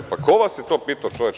Pa ko vas je to pitao, čoveče?